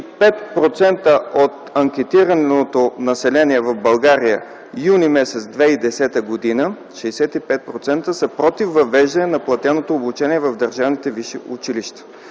от анкетираното население в България през м. юни 2010 г. са против въвеждане на платеното обучение в държавните висши училища.